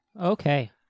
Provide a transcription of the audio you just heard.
Okay